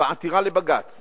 בעתירה לבג"ץ